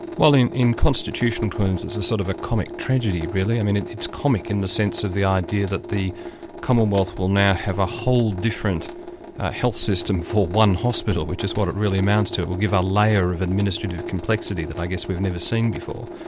well in in constitution terms it's a sort of a comic tragedy really. i mean it's comic in the sense of the idea that the commonwealth will now have a whole different health system for one hospital, which is what it really amounts to. it will give a layer of administrative complexity that i guess we've never seen before.